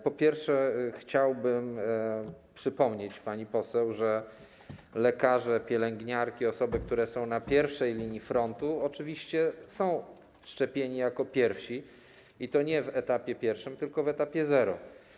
Po pierwsze, chciałbym przypomnieć pani poseł, że lekarze, pielęgniarki, osoby, które są na pierwszej linii frontu, oczywiście są szczepione jako pierwsze i to nie w etapie pierwszym, tylko w etapie zero.